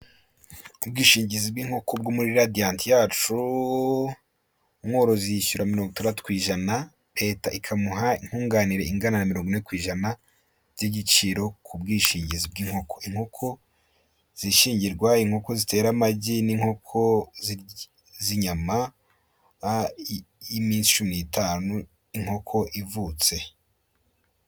Ubwishingizi bw'inkoko bwo muri radiyanti yacu umworozi yishyura mirongo itandatu ku ijana leta ikamuha nkunganire ingana na mirongo ine ku ijana by'igiciro k'ubwishingizi bw'inkoko. Inkoko zishingirwa, inkoko zitera amagi, n'inkoko z'inyama, iminsi cumi n'itanu inkoko ivutse.